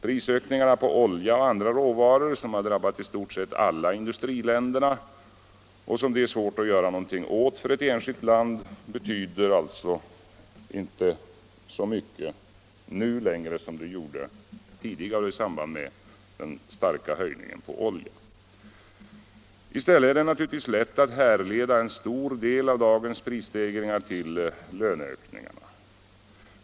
Prisökningarna på olja och andra råvaror, som har drabbat i stort sett alla industriländer och som det är svårt att göra någonting åt för ett enskilt land, betyder alltså inte längre så mycket som tidigare. I stället är det naturligtvis lätt att härleda en stor del av dagens prisstegringar till löneökningarna.